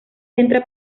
centra